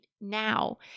now